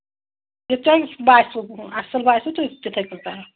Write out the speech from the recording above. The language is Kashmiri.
یہِ تۄہہِ باسِوٕ اَصٕل باسِوٕ تہٕ تِتھَے کٔٹھۍ کَرو